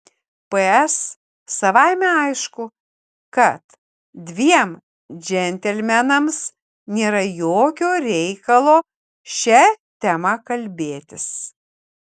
ps savaime aišku kad dviem džentelmenams nėra jokio reikalo šia tema kalbėtis